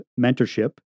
mentorship